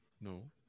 No